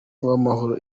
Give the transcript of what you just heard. uwamahoro